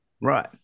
right